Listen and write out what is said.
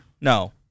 No